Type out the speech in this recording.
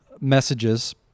messages